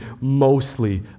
mostly